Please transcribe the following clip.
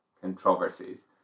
controversies